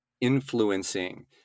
influencing